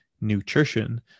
nutrition